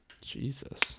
Jesus